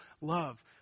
love